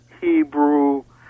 Hebrew